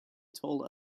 told